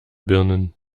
birnen